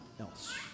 else